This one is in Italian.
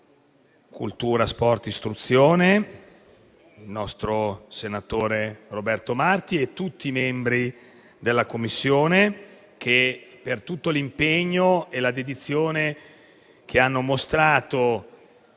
spettacolo e sport, il nostro senatore Roberto Marti, e tutti i membri della Commissione per l'impegno e la dedizione che hanno mostrato